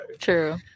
True